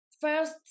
First